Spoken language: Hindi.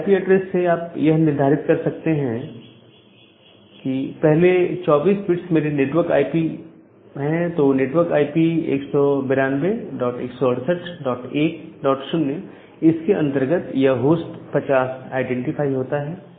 इस आईपी एड्रेस से आप यह निर्धारित कर सकते हैं क्योंकि पहले 24 बिट्स मेरे नेटवर्क आईपी हैं तो नेटवर्क आईपी 19216810 इसके अंतर्गत यह होस्ट 50 आईडेंटिफाई होता है